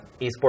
esports